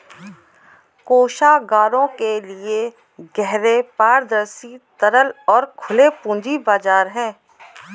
कोषागारों के लिए गहरे, पारदर्शी, तरल और खुले पूंजी बाजार हैं